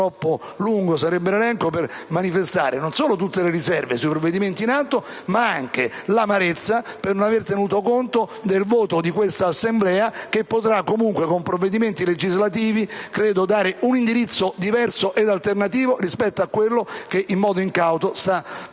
perché troppo lungo sarebbe stato l'elenco, per manifestare non solo tutte le riserve sui provvedimenti in atto, ma anche l'amarezza per non aver tenuto conto del voto di questa Assemblea, che potrà comunque, con provvedimenti legislativi, dare un indirizzo diverso e alternativo rispetto a quello che, in modo incauto, sta perseguendo